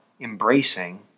embracing